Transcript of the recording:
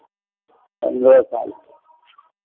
पन्द्रह साल